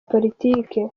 politiki